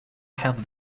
have